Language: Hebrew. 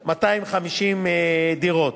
250 דירות.